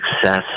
success